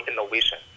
innovation